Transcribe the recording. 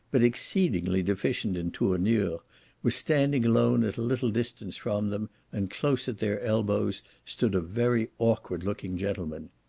but exceedingly deficient in tournure, was standing alone at a little distance from them and close at their elbows stood a very awkward looking gentleman.